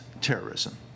terrorism